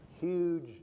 huge